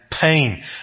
pain